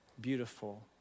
beautiful